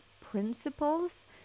principles